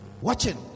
watching